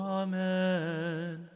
amen